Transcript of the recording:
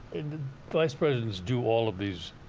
and vice presidents do all of these